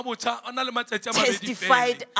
testified